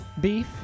beef